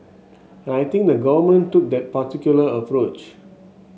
and I think the Government took that particular approach